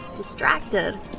Distracted